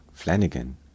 Flanagan